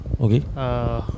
Okay